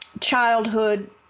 childhood